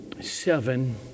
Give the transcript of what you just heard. seven